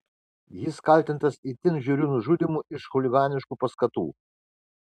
jis kaltintas itin žiauriu nužudymu iš chuliganiškų paskatų